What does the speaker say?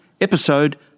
Episode